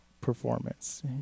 performance